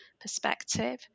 perspective